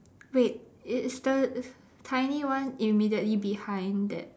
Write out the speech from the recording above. wait is the tiny one immediately behind that